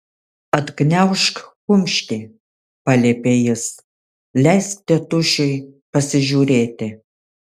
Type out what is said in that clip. atgniaužk kumštį paliepė jis leisk tėtušiui pasižiūrėti